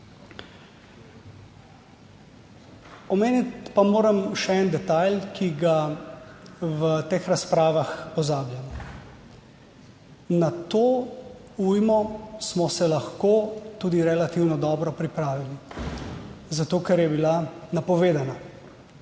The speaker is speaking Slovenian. Omeniti pa moram še en detajl, ki ga v teh razpravah pozabljamo. Na to ujmo smo se lahko tudi relativno dobro pripravili, zato ker je bila napovedana,